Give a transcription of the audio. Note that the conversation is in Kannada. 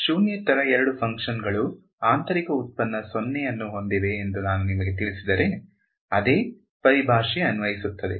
ಶೂನ್ಯೇತರ ಎರಡು ಫಂಕ್ಷನ್ಗಳು ಆಂತರಿಕ ಉತ್ಪನ್ನ 0 ಅನ್ನು ಹೊಂದಿವೆ ಎಂದು ನಾನು ನಿಮಗೆ ತಿಳಿಸಿದರೆ ಅದೇ ಪರಿಭಾಷೆ ಅನ್ವಯಿಸುತ್ತದೆ